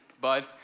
bud